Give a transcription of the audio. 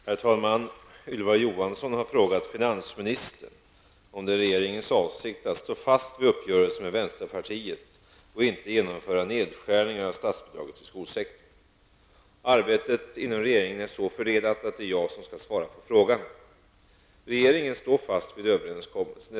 Herr talman! Ylva Johansson har frågat finansministern om det är regeringens avsikt att stå fast vid uppgörelsen med vänsterpartiet och inte genomföra nedskärningar av statsbidraget till skolsektorn. Arbetet inom regeringen är så fördelat att det är jag som skall svara på frågan. Regeringen står fast vid överenskommelsen.